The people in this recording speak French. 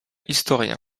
historien